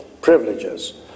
privileges